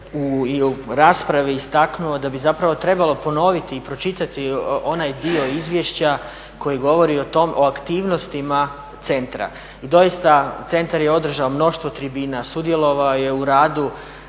u raspravi istaknuo da bi zapravo trebalo ponoviti i pročitati onaj dio izvješća koji govori o tome, o aktivnostima centra. I doista centar je održao mnoštvo tribina, sudjelovao je u radu